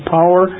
power